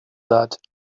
that